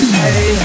hey